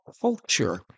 culture